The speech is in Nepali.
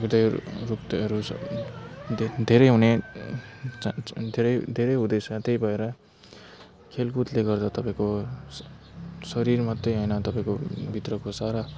यति धेरै हुने चान्स धेरै हुँदैछ त्यही भएर खेलकुदले गर्दा तपाईँको शरीर मात्रै होइन तपाईँको भित्रको सारा